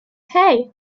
hey